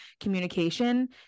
communication